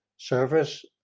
service